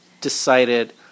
decided